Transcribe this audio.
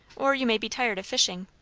or you may be tired of fishing.